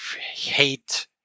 hate